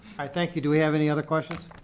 i thank you. do we have any other questions?